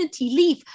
leave